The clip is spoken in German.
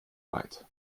weit